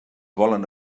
volen